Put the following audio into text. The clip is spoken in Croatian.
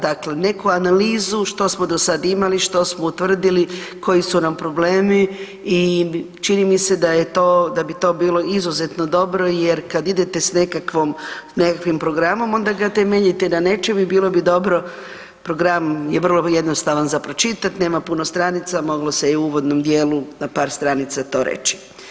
Dakle, neku analizu što smo do sad imali, što smo utvrdili, koji su nam problemi i čini mi se da je to, da bi to bilo izuzetno dobro jer kad idete s nekakvom, nekakvim programom onda ga temeljite na nečem i bilo bi dobro, program je vrlo jednostavan za pročitat, nema puno stranica, moglo se je i u uvodnom dijelu na par stranica to reći.